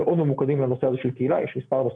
מאוד ממוקדים לנושא הזה של קהילה, יש מספר נושאים.